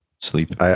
sleep